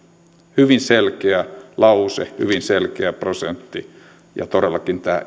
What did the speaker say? hyvin selkeä lause hyvin selkeä prosentti ja todellakin tämä